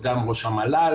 סגן ראש המל"ל,